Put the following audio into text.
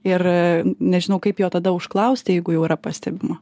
ir nežinau kaip jo tada užklausti jeigu jau yra pastebima